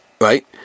Right